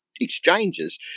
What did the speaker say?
exchanges